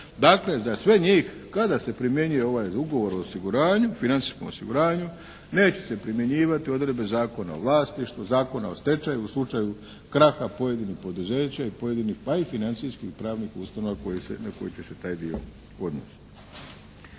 Dakle za sve njih kada se primjenjuje ovaj ugovor o osiguranju, financijskom osiguranju neće se primjenjivati odredbe Zakona o vlasništvu, Zakona o stečaju u slučaju kraha pojedinih poduzeća i pojedinih pa i financijskih i pravnih ustanova koje se također se taj dio odnosi.